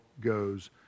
goes